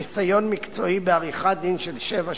ניסיון מקצועי בעריכת-דין של שבע שנים,